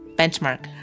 benchmark